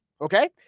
okay